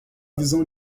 visão